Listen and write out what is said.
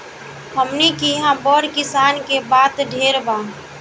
हमनी किहा बड़ किसान के बात ढेर बा